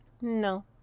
No